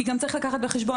כי גם צריך לקחת בחשבון,